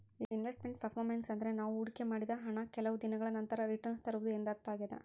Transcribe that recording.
invest made performance ಅಂದ್ರೆ ನಾವು ಹೊಡಿಕೆ ಮಾಡಿದ ಹಣ ಕೆಲವು ದಿನಗಳ ನಂತರ ರಿಟನ್ಸ್ ತರುವುದು ಎಂದರ್ಥ ಆಗ್ಯಾದ